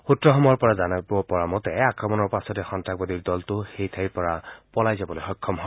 সূত্ৰসমূহৰ পৰা জানিব পৰা মতে আক্ৰমণৰ পাছতে সন্তাসবাদীৰ দলটো সেই ঠাইৰ পৰা পলাই যাবলৈ সক্ষম হয়